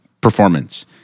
performance